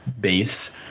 base